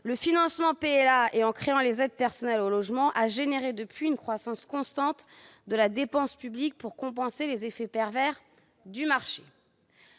le financement PLA et en créant les aides personnelles au logement, a été à l'origine d'une croissance constante de la dépense publique pour compenser les effets pervers du marché.